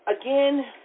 Again